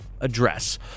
address